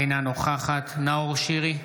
אינה נוכחת נאור שירי,